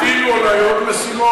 אם תטילו עלי עוד משימות,